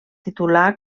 titulà